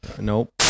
Nope